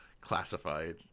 classified